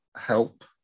help